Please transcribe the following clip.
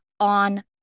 on